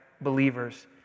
believers